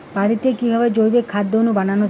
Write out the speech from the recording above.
বাড়িতে কিভাবে জৈবিক অনুখাদ্য বানানো যায়?